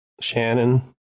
shannon